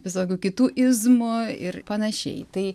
visokių kitų izmų ir panašiai tai